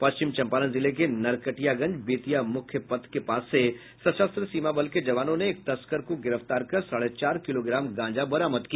पश्चिम चम्पारण जिले के नरकटियागंज बेतिया मुख्य पथ के पास से सशस्त्र सीमा बल के जवानो ने एक तस्कर को गिरफ्तार कर साढ़े चार किलोग्राम गांजा बरामद किया